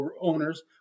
owners